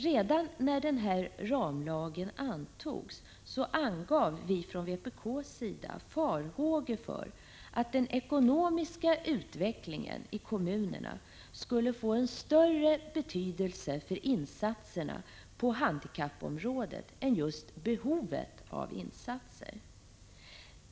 Redan när lagen antogs, uttalade vi från vpk:s sida farhågor för att den ekonomiska utvecklingen i kommunerna skulle få en större betydelse för insatserna på handikappområdet än behovet av insatser.